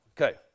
Okay